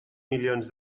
milions